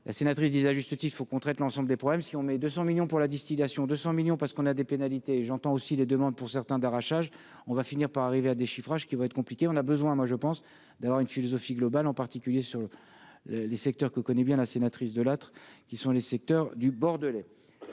la sénatrice disait à juste titre, il faut qu'on traite l'ensemble des problèmes si on met 200 millions pour la distillation 200 millions parce qu'on a des pénalités, j'entends aussi les demandes pour certains d'arrachage, on va finir par arriver à des chiffrages qui va être compliqué, on a besoin, moi je pense, d'avoir une philosophie globale, en particulier sur le le les secteurs que connaît bien la sénatrice de l'autre, qui sont les secteurs du Bordelais,